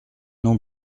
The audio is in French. non